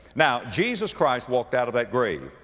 now, jesus christ walked out of that grave.